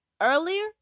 earlier